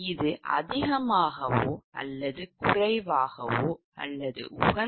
இது அதிகமாகவோ அல்லது குறைவாகவோ உகந்த